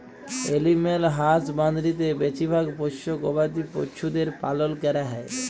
animal হাসবাঁদরিতে বেছিভাগ পোশ্য গবাদি পছুদের পালল ক্যরা হ্যয়